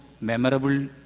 memorable